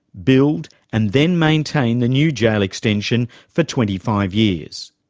build and then maintain the new jail extension for twenty five years.